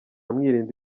mwirinda